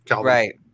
right